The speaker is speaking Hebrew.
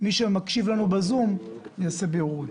מי שמקשיב לנו בזום יעשה בירורים.